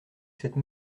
cette